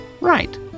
right